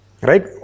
Right